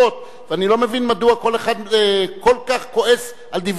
ואני לא מבין מדוע כל אחד כל כך כועס על דברי האחר.